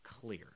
clear